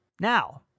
Now